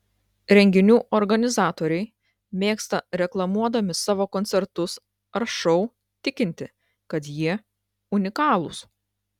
renginių organizatoriai mėgsta reklamuodami savo koncertus ar šou tikinti kad jie unikalūs